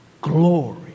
glory